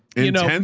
you know, and